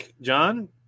John